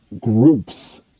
groups